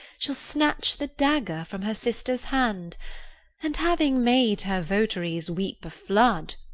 she'll snatch the dagger from her sister's hand and having made her votaries weep a flood,